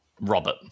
Robert